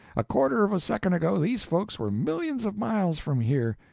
a quarter of a second ago these folks were millions of miles from here.